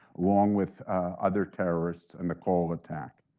along with other terrorists in the cole attack.